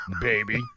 baby